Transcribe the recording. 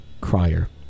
crier